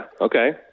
Okay